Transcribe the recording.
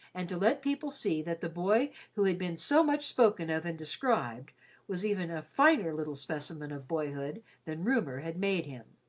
and to let people see that the boy who had been so much spoken of and described was even a finer little specimen of boyhood than rumour had made him.